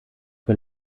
für